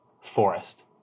forest